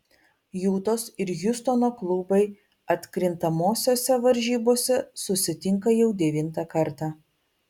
jutos ir hjustono klubai atkrintamosiose varžybose susitinka jau devintą kartą